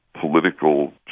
political